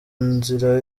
nzira